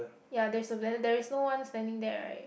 ya there's a ble~ there is no one standing there right